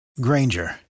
Granger